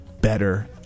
better